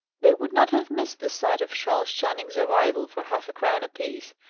they would not have missed the sight of charles channing's arrival for half-a-crown apiece,